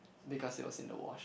because it was in the wash